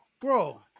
bro